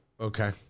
okay